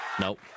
Nope